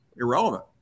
irrelevant